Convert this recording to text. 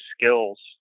skills